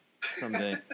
someday